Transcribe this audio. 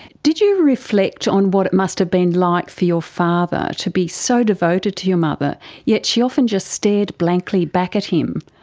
did you reflect on what it must have been like for your father to be so devoted to your mother yet she often just stared blankly back at him?